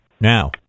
Now